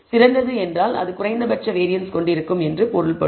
சிறந்தது என்றால் அது குறைந்தபட்ச வேரியன்ஸ் கொண்டிருக்கும் என்று பொருள்படும்